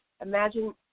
Imagine